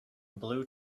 blue